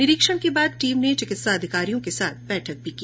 निरीक्षण के बाद टीम ने चिकित्सा अधिकारियों के साथ बैठक की